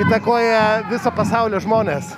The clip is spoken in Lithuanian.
įtakoja viso pasaulio žmones